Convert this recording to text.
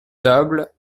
table